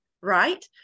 right